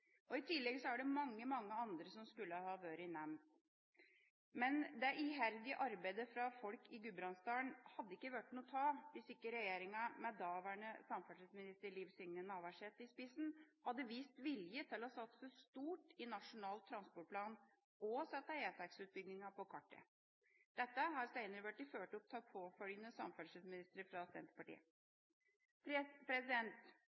år. I tillegg er det mange, mange andre som skulle vært nevnt. Men det iherdige arbeidet fra folk i Gudbrandsdalen hadde ikke blitt noe av hvis ikke regjeringa med daværende samferdselsminister Liv Signe Navarsete i spissen hadde vist vilje til å satse stort i Nasjonal transportplan og sette E6-utbygginga på kartet. Dette har seinere blitt fulgt opp av påfølgende samferdselsministere fra Senterpartiet.